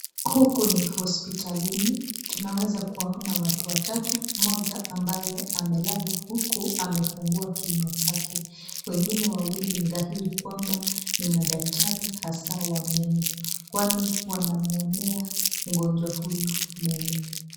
Huku ni hospitalini tunaweza kuwaona watu watatu moja ambaye amelala huku amefungua kinywa chake wengine wawili ni dhahiri kwamba ni madaktari hasa wa meno kwani wanamuonea mgonjwa huyu meno.